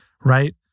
Right